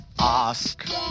ask